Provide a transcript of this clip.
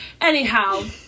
Anyhow